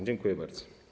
Dziękuję bardzo.